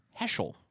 Heschel